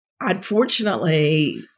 unfortunately